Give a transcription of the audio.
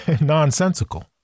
nonsensical